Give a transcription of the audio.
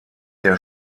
der